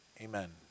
Amen